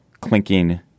clinking